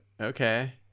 okay